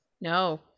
no